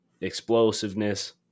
explosiveness